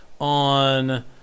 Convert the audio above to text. on